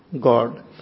God